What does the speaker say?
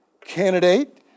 candidate